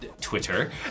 Twitter